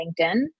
LinkedIn